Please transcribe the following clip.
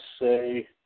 say